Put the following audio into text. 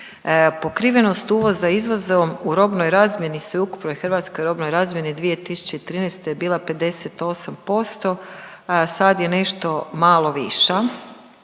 pokrivenost uvoza izvozom u robnoj razmjeni u sveukupnoj hrvatskoj robnoj razmjeni 2013. je bila 58%, a sad je nešto malo viša.